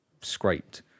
scraped